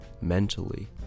mentally